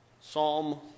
Psalm